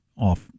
off